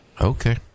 Okay